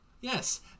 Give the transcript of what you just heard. Yes